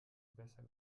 gewässer